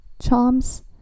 charms